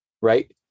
right